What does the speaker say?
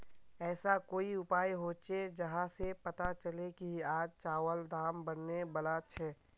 ऐसा कोई उपाय होचे जहा से पता चले की आज चावल दाम बढ़ने बला छे?